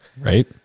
Right